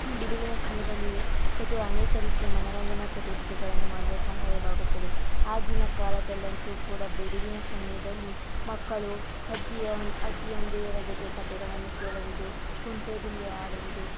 ಬಿಡುವಿನ ಸಮಯದಲ್ಲಿ ಚಟ್ ಅನೇಕ ರೀತಿಯ ಮನರಂಜನಾ ಚಟುವಟಿಕೆಗಳನ್ನು ಮಾಡಲು ಸಹಾಯವಾಗುತ್ತದೆ ಆಗಿನ ಕಾಲದಲ್ಲಂತೂ ಕೂಡ ಬಿಡುವಿನ ಸಮಯದಲ್ಲಿ ಮಕ್ಕಳು ಅಜ್ಜಿಯ ಅಜ್ಜಿಯಂದಿರ ಜೊತೆ ಕಥೆಗಳನ್ನು ಕೇಳುವುದು ಕುಂಟೆಬಿಲ್ಲೆ ಆಡುವುದು